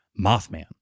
Mothman